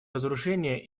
разоружение